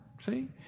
See